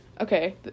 okay